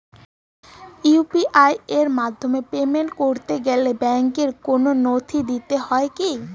UPI এর মাধ্যমে payment করতে গেলে ব্যাংকের কোন নথি দিতে হয় কি?